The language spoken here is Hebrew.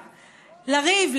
לריב,